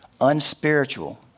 unspiritual